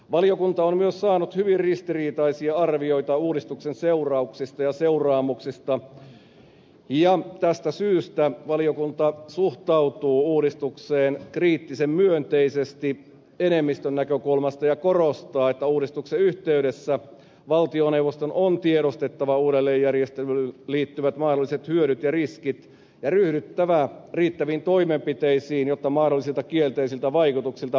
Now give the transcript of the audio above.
valiokunta on myös saanut hyvin ristiriitaisia arvioita uudistuksen seurauksista ja tästä syystä valiokunta suhtautuu uudistukseen kriittisen myönteisesti enemmistön näkökulmasta ja korostaa että uudistuksen yhteydessä valtioneuvoston on tiedostettava uudelleenjärjestelyyn liittyvät mahdolliset hyödyt ja riskit ja ryhdyttävä riittäviin toimenpiteisiin jotta mahdollisilta kielteisiltä vaikutuksilta vältytään